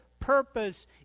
purpose